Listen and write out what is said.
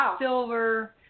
silver